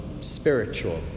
spiritual